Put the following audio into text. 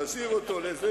מה עשיתי ברעננה?